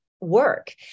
Work